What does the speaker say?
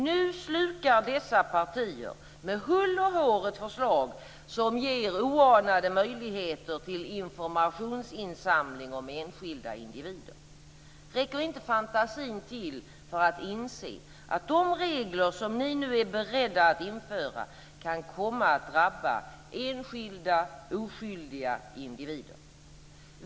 Nu slukar dessa partier med hull och hår ett förslag som ger oanade möjligheter till informationsinsamling om enskilda individer. Räcker inte fantasin till för att inse att de regler som ni nu är beredda att införa kan komma att drabba enskilda, oskyldiga individer?